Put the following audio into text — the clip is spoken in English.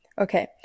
Okay